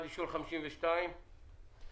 הצבעה אושר.